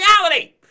reality